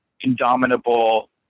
indomitable